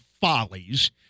follies